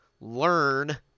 learn